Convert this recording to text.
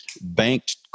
banked